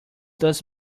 does